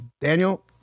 Daniel